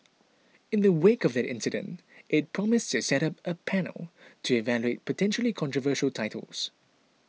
in the wake of that incident it promised to set up a panel to evaluate potentially controversial titles